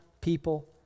people